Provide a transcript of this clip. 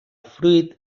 fruit